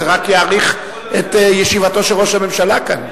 זה רק יאריך את ישיבתו של ראש הממשלה כאן.